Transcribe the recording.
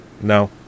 No